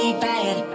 bad